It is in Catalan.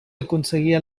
aconseguia